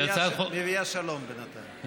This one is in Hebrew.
מביאה שלום בינתיים.